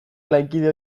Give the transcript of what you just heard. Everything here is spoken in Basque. lankide